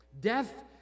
Death